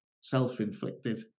self-inflicted